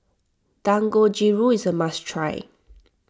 Dangojiru is a must try